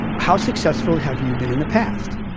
how successful have you been in the past?